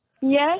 Yes